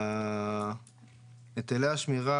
היטלי השמירה,